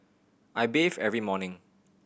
I bathe every morning